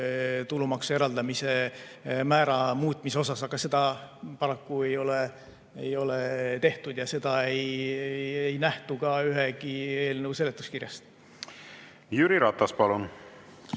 tulumaksu eraldamise määra muutmise kohta, aga seda paraku ei ole tehtud ja seda ei nähtu ka ühegi eelnõu seletuskirjast. Aitäh selle